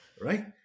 right